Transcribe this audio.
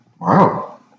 Wow